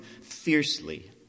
fiercely